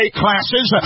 classes